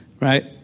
right